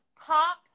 pop